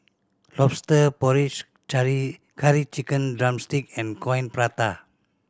Lobster Porridge Curry Chicken drumstick and Coin Prata